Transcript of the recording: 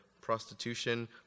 prostitution